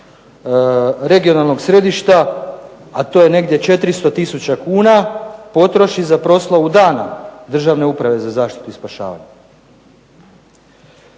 regionalnog središta, a to je negdje 400 tisuća kuna, potroši za proslavu Dana Državne uprave za zaštitu i spašavanje.